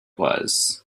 was